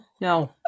No